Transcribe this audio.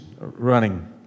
running